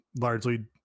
largely